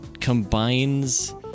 combines